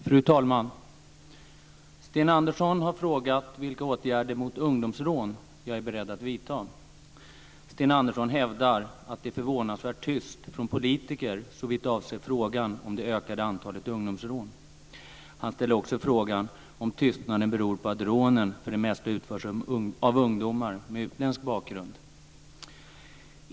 Fru talman! Sten Andersson har frågat vilka åtgärder mot ungdomsrån jag är beredd att vidta. Sten Andersson hävdar att det är förvånansvärt tyst från politiker såvitt avser frågan om det ökade antalet ungdomsrån. Han ställer också frågan om tystnaden beror på att rånen för det mesta utförs av ungdomar med utländsk bakgrund.